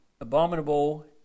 abominable